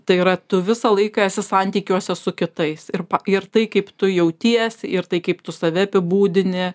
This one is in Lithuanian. tai yra tu visą laiką esi santykiuose su kitais ir pa ir tai kaip tu jautiesi ir tai kaip tu save apibūdini